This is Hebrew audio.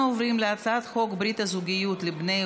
בעד,